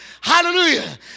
Hallelujah